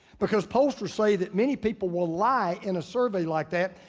because pollsters say that, many people will lie in a survey like that,